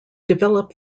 develop